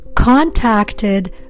contacted